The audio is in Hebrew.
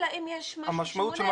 אלא אם יש משהו שמונע.